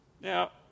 Now